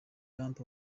lump